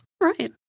Right